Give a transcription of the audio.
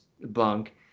bunk